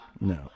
No